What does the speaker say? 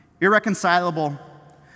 irreconcilable